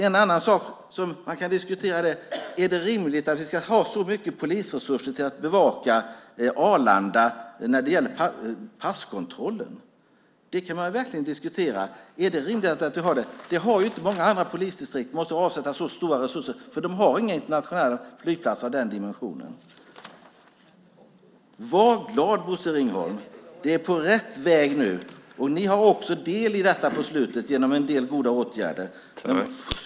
En annan sak som kan diskuteras är om det är rimligt att vi ska ha så mycket polisresurser till att bevaka passkontrollen på Arlanda. Det kan verkligen diskuteras om det är rimligt. Det är inte många andra polisdistrikt som måste avsätta så stora resurser eftersom de inte har internationella flygplatser av samma dimension. Var glad, Bosse Ringholm! Nu är det på rätt väg. Ni har också del i detta genom en del goda åtgärder på slutet.